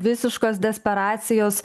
visiškos desperacijos